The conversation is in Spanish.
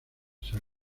san